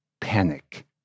panic